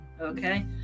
Okay